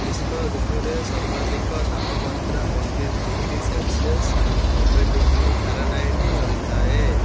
ଗ୍ରୀଷ୍ମ ଋତୁରେ ସର୍ବାଧିକ ତାପମାତ୍ରା ବତିଶ ଫାରାନାଇଟ୍ ଡିଗ୍ରୀ ସେଲସିୟସ୍ ରହିଥାଏ